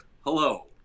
Hello